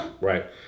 Right